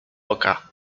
oka